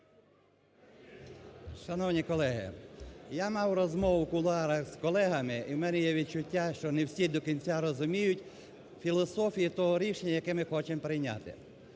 Шановні колеги, я мав розмову в кулуарах з колегами і у мене є відчуття, що не всі до кінця розуміють філософію того рішення, яке ми хочемо прийняти.